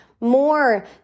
more